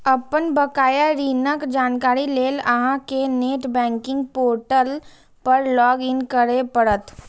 अपन बकाया ऋणक जानकारी लेल अहां कें नेट बैंकिंग पोर्टल पर लॉग इन करय पड़त